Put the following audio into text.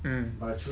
mm